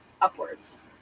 upwards